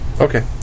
Okay